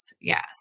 yes